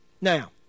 Now